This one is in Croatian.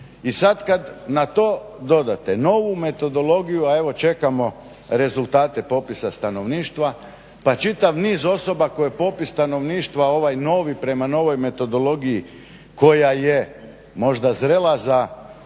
I sad kad na to dodate novu metodologiju, a evo čekamo rezultate popisa stanovništva pa čitav niz osoba koje popis stanovništva ovaj novi prema novoj metodologiji koja je možda zrela za